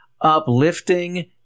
uplifting